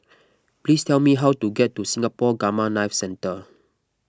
please tell me how to get to Singapore Gamma Knife Centre